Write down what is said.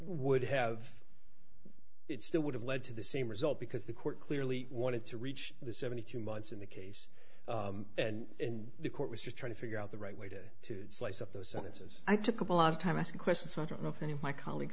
would have it still would have led to the same result because the court clearly wanted to reach the seventy two months in the case and the court was just trying to figure out the right way to slice of those sentences i took up a lot of time asked questions so i don't know if any of my colleagues